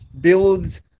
builds –